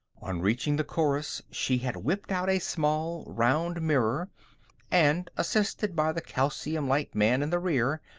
on reaching the chorus she had whipped out a small, round mirror and, assisted by the calcium-light man in the rear,